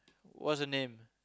what's your name